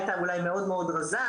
הייתה אולי מאוד מאוד רזה,